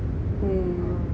mm